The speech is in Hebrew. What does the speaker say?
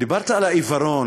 דיברת על העיוורון,